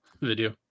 video